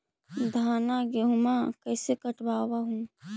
धाना, गेहुमा कैसे कटबा हू?